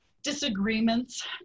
disagreements